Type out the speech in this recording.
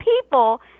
people